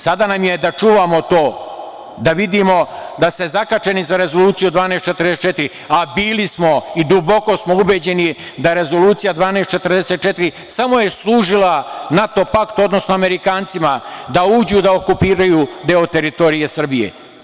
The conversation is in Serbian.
Sada nam je da čuvamo to da vidimo da se zakačeni za Rezoluciju 1244, a bili smo i duboko smo ubeđeni da Rezolucija 1244 samo je služila NATO paktu, odnosno Amerikancima da uđu da okupiraju deo teritorije Srbije.